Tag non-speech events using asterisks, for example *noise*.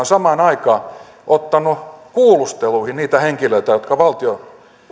*unintelligible* samaan aikaan ottanut kuulusteluihin niitä henkilöitä jotka ovat valtion